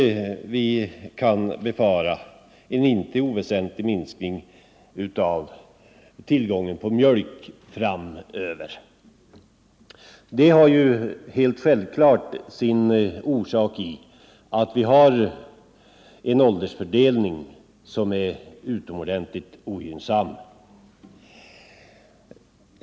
Vi kan därför befara en inte oväsentlig minskning av tillgången på mjölk framöver. Orsaken till detta är självfallet bl.a. att åldersfördelningen bland jordbruksbefolkningen är utomordentligt ogynnsam.